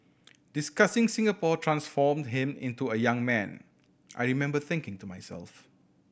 discussing Singapore transformed him into a young man I remember thinking to myself